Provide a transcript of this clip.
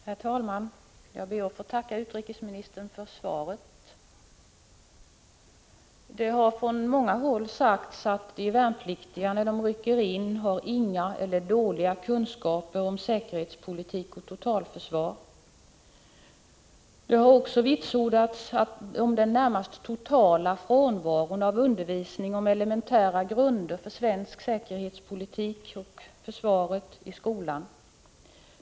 Herr talman! Jag ber att få tacka utrikesministern för svaret. Det har från många håll sagts att de värnpliktiga när de rycker in har inga eller dåliga kunskaper om säkerhetspolitik och totalförsvar. Den närmast totala frånvaron av undervisning i skolan om elementära grunder för svensk säkerhetspolitik och om försvaret har också vitsordats.